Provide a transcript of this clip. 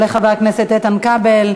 יעלה חבר הכנסת איתן כבל,